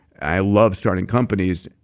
i love starting companies,